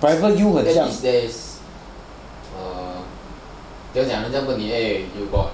at least there is err like 怎样讲 like other people ask you got